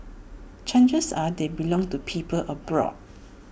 chances are they belong to people abroad